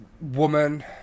woman